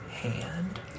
hand